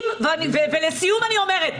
לסיום אני אומרת,